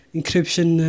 Encryption